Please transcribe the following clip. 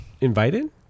invited